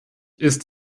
ist